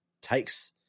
takes